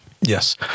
Yes